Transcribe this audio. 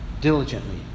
diligently